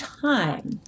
time